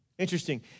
Interesting